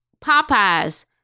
Popeye's